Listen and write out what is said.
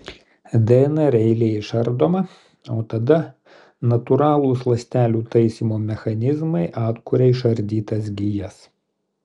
dnr eilė išardoma o tada natūralūs ląstelių taisymo mechanizmai atkuria išardytas gijas